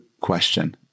question